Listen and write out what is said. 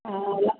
हा